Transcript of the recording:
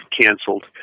canceled